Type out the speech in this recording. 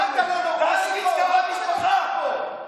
מה אתה, מה אתה מדבר על סבא שלה.